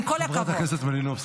עם כל הכבוד --- חברת הכנסת מלינובסקי,